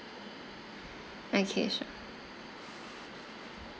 okay sure